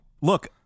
look